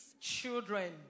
children